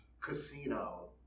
Casino